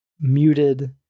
muted